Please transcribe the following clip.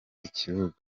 ikibuga